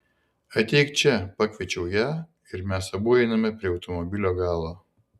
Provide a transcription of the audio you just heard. ateik čia pakviečiu ją ir mes abu einame prie automobilio galo